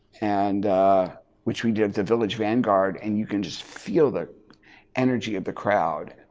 and which we did the village vanguard and you can just feel the energy of the crowd.